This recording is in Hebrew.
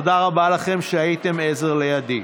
תודה רבה לכם שהייתם עזר לידי.